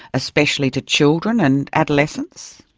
especially to children and adolescents?